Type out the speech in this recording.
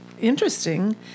interesting